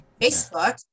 Facebook